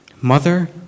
Mother